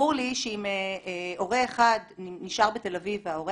ברור לי שאם הורה אחד נשאר בתל אביב וההורה